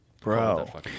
Bro